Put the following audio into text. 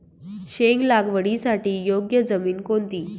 शेंग लागवडीसाठी योग्य जमीन कोणती?